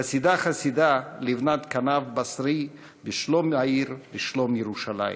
חסידה חסידה לבנת כנף / בשרי בשלום העיר / בשלום ירושלים".